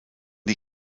die